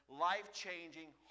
life-changing